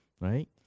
right